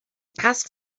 passed